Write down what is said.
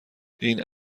این